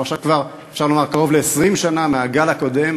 אפשר לומר שעכשיו אנחנו קרוב ל-20 שנה מהגל הקודם,